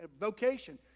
vocation